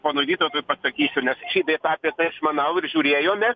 ponui vytautui pasakysiu nes šį bei tą apie tai išmanau ir žiūrėjome